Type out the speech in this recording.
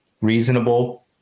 reasonable